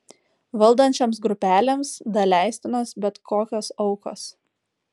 valdančioms grupelėms daleistinos bet kokios aukos